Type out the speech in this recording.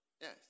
Yes